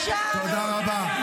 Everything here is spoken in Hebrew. תודה רבה.